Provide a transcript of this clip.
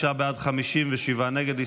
45 בעד, 57 נגד.